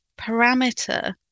parameter